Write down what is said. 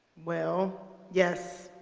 well, yes.